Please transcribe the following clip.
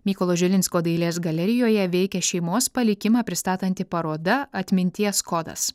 mykolo žilinsko dailės galerijoje veikia šeimos palikimą pristatanti paroda atminties kodas